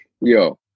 yo